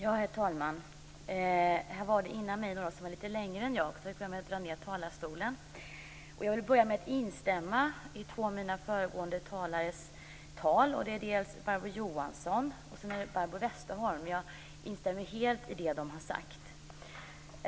Herr talman! Jag vill börja med att instämma i två av de föregående talarnas anföranden, dels i Barbro Johanssons, dels i Barbro Westerholms. Jag instämmer helt i det de har sagt.